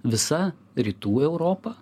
visa rytų europa